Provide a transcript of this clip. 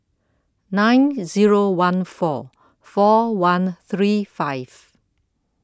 nine zero one four four one three five